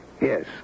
Yes